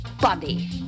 body